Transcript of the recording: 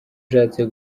ushatse